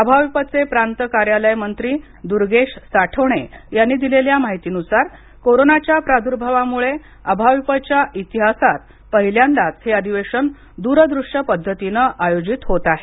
अभाविपचे प्रांत कार्यालय मंत्री दुर्गेश साठवणे यांनी दिलेल्या महितीनुसार कोरोना साथरोगाच्या प्रादूर्भावामुळे अभाविपच्या इतिहासात पहिल्यांदाच हे अधिवेशन दूरदृष्य पद्धतीनं आयोजित होत आहे